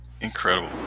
Incredible